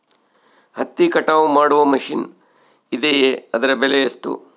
ಹತ್ತಿ ಕಟಾವು ಮಾಡುವ ಮಿಷನ್ ಇದೆಯೇ ಅದರ ಬೆಲೆ ಎಷ್ಟು?